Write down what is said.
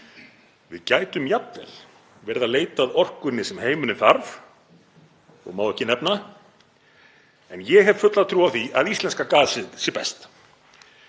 Við gætum jafnvel verið að leita að orkunni sem heimurinn þarf og má ekki nefna. Ég hef fulla trú á því að íslenska gasið sé best.